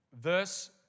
Verse